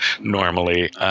normally